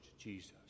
Jesus